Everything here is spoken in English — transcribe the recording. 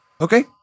Okay